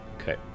Okay